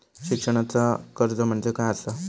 शिक्षणाचा कर्ज म्हणजे काय असा?